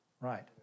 Right